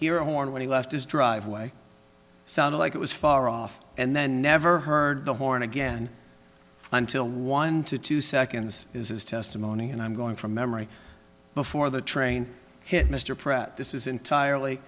horn when he left his driveway sound like it was far off and then never heard the horn again until one to two seconds is his testimony and i'm going from memory before the train hit mr pratt this is entirely